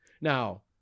Now